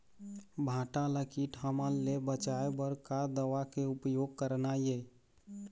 भांटा ला कीट हमन ले बचाए बर का दवा के उपयोग करना ये?